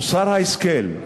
מוסר ההשכל: